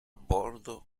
bordo